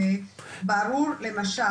וברור למשל,